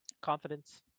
Confidence